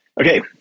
Okay